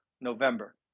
November